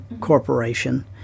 Corporation